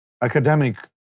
academic